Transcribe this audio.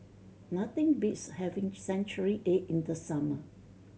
nothing beats having century egg in the summer